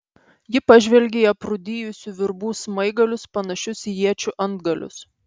ji pažvelgė į aprūdijusių virbų smaigalius panašius į iečių antgalius